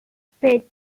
speculate